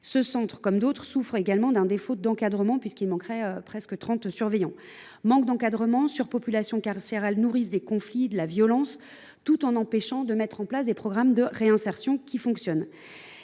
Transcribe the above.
Ce centre souffre également, comme d’autres, d’un défaut d’encadrement, puisqu’il manquerait presque trente surveillants. Manque d’encadrement et surpopulation carcérale nourrissent des conflits, de la violence, tout en empêchant de mettre en place des programmes de réinsertion qui fonctionnent.